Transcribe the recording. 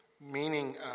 meaning